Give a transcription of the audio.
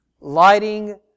lighting